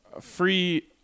free